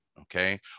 Okay